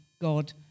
God